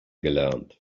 gelernt